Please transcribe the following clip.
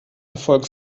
erfolg